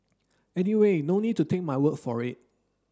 anyway no need to take my word for it